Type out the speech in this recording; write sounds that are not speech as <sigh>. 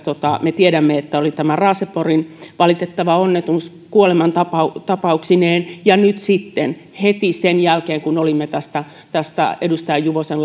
me tiedämme että oli tämä raaseporin valitettava onnettomuus kuolemantapauksineen ja nyt sitten heti sen jälkeen kun olimme tästä tästä edustaja juvosen <unintelligible>